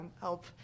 help